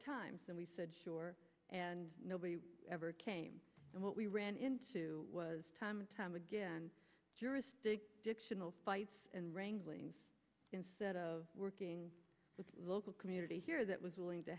times and we said sure and nobody ever came and what we ran into was time and time again fights and wranglings instead of working with local community here that was willing to